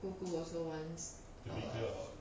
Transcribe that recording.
姑姑 also wants